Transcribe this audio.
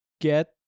get